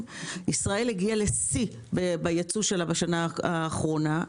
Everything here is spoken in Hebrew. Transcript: שישראל הגיעה לשיא ביצוא שלה בשנה האחרונה,